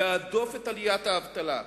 להדוף את עליית האבטלה,